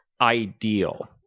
ideal